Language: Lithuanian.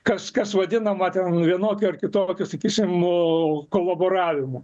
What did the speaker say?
kas kas vadinama ten vienokiu ar kitokiu sakysim kolaboravimu